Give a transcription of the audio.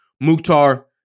Mukhtar